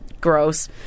gross